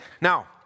Now